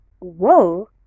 whoa